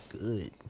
good